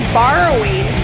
borrowing